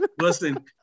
Listen